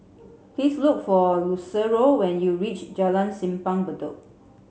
please look for Lucero when you reach Jalan Simpang Bedok